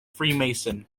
freemason